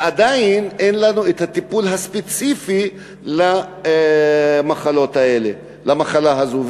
ועדיין אין לנו את הטיפול הספציפי למחלה הזו.